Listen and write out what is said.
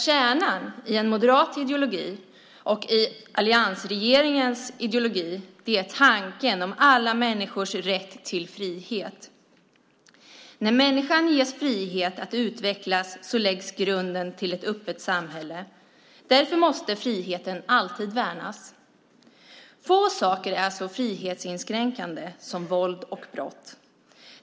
Kärnan i en moderat ideologi och i alliansregeringens ideologi är tanken om alla människors rätt till frihet. När människan ges frihet att utvecklas läggs grunden till ett öppet samhälle. Därför måste friheten alltid värnas. Få saker är så frihetsinskränkande som våld och brott.